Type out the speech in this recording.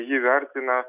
jį vertina